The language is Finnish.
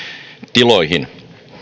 tiloihin